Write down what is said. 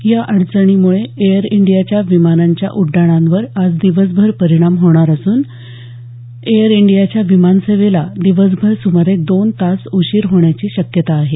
या अडचणीमुळे एअर इंडियाच्या विमानांच्या उड्डाणांवर आज दिवसभर परिणाम होणार असून एअर इंडियाची विमानसेवेला दिवसभर सुमारे दोन तास उशिर होण्याची शक्यता आहे